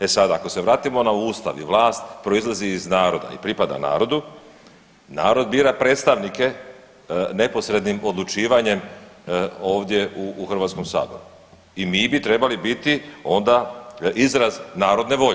E sada, ako se vratimo na Ustav i vlast proizlazi iz naroda i pripada narodu, narod bira predstavnike neposrednim odlučivanjem ovdje u Hrvatskom saboru i mi bi trebali biti onda izraz narodne volje.